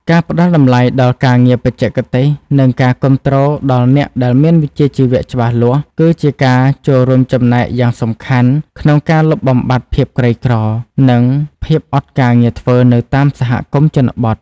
ការផ្ដល់តម្លៃដល់ការងារបច្ចេកទេស និងការគាំទ្រដល់អ្នកដែលមានវិជ្ជាជីវៈច្បាស់លាស់ គឺជាការចូលរួមចំណែកយ៉ាងសំខាន់ក្នុងការលុបបំបាត់ភាពក្រីក្រ និងភាពអត់ការងារធ្វើនៅតាមសហគមន៍ជនបទ។